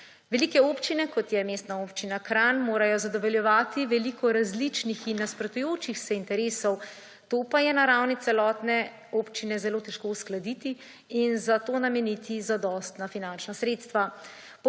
Velike občine, kot je Mestna občina Kranj, morajo zadovoljevati veliko različnih in nasprotujočih si interesov, to pa je na ravni celotne občine zelo težko uskladiti in za to nameniti zadostna finančna sredstva.